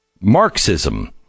Marxism